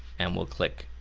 and we'll click